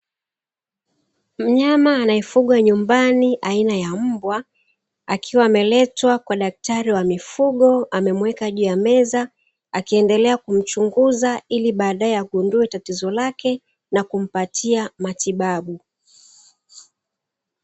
Mnyama anayefugwa nyumbani aina ya mbwa akiwa ameletwa kwa daktari wa mifugo amemweka juu ya meza akiendelea kumchunguza ili baadae agundue tatizo lake na kumpatia matibabu.